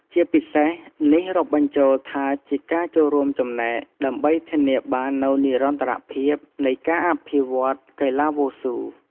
ជាពិសេនេះរាប់បញ្ចូលថាជាការចូលរួមចំណែក ដើម្បីធានាបាននូវនិរន្តរភាពនៃការអភិវឌ្ឍន៍កីឡាវ៉ូស៊ូ។